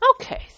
Okay